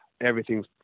everything's